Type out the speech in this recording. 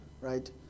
right